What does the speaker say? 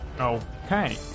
Okay